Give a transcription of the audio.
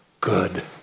good